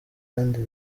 kandi